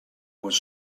was